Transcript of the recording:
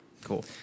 Cool